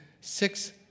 six